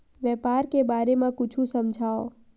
व्यापार के बारे म कुछु समझाव?